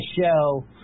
show